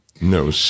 no